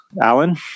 Alan